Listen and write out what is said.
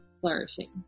flourishing